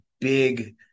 big